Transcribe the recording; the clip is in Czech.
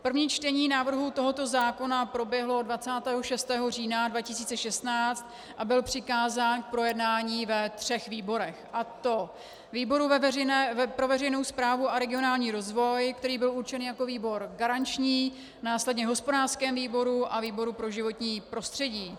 První čtení návrhu tohoto zákona proběhlo 26. října 2016 a byl přikázán k projednání ve třech výborech, a to výboru pro veřejnou správu a regionální rozvoj, který byl určen jako výbor garanční, následně hospodářskému výboru a výboru pro životní prostředí.